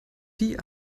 die